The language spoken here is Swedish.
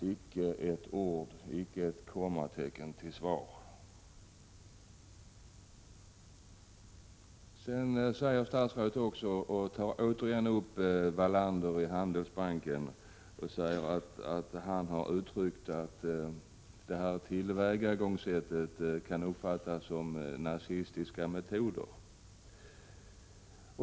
Icke ett ord, icke ett kommatecken fick jag till svar. Statsrådet tar återigen upp Wallander och Handelsbanken och säger att denne har uttryckt att detta tillvägagångssätt kan uppfattas som nazistiska metoder.